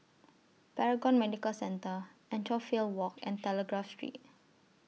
Paragon Medical Centre Anchorvale Walk and Telegraph Street